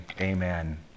Amen